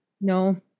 No